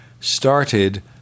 started